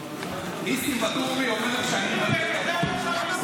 ניסים ואטורי אומר לי שאני מבלבל את המוח.